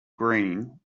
green